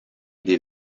des